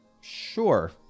Sure